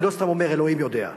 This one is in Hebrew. ואני לא סתם אומר "אלוהים יודע".